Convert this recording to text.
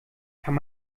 kann